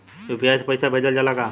UPI से पईसा भेजल जाला का?